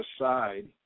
aside